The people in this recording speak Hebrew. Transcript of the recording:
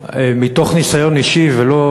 מתוך ניסיון אישי ולא שמועות,